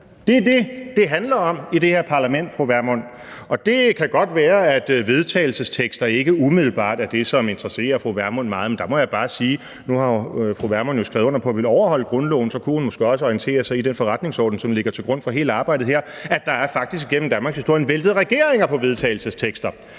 Det er det, det handler om i det her parlament, fru Vermund. Og det kan godt være, at forslag til vedtagelse ikke umiddelbart er det, som interesserer fru Vermund meget, men der må jeg bare sige, at nu har fru Vermund jo skrevet under på at ville overholde grundloven, og så kunne hun måske også orientere sig i den forretningsorden, der ligger til grund for hele arbejdet her, og i, at der faktisk igennem danmarkshistorien er blevet væltet regeringer på forslag til vedtagelse.